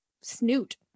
snoot